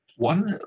One